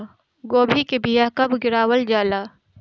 गोभी के बीया कब गिरावल जाला?